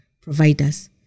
providers